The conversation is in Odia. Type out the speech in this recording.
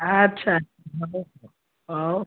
ଆଚ୍ଛା ହଉ ହଉ